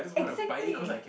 exactly